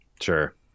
Sure